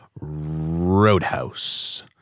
Roadhouse